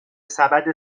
سبد